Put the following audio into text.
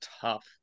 tough